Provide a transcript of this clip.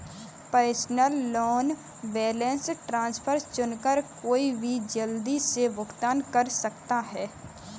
personal loan balance transfer चुनकर कोई भी जल्दी से भुगतान कर सकता है